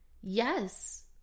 yes